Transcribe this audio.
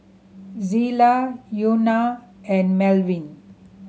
Zillah Euna and Melvin